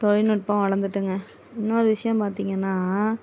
தொழில்நுட்பம் வளர்ந்துட்டுங்க இன்னொரு விஷயம் பார்த்தீங்கன்னா